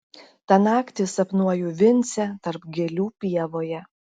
tą naktį sapnuoju vincę tarp gėlių pievoje